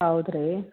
ಹೌದ್ ರೀ